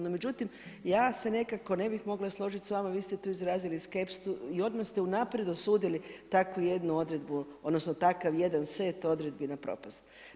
No međutim ja se ne nekako ne bih mogla složiti s vama, vi ste tu izrazili skepsu i odmah ste unaprijed osudili takvu jednu odredbu odnosno takav jedan set odredbi na propast.